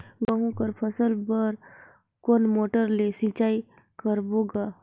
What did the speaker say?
गहूं कर फसल बर कोन मोटर ले सिंचाई करबो गा?